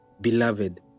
beloved